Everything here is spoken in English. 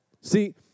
See